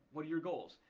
what are your goals?